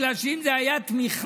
בגלל שאם זה היה תמיכה,